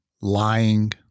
lying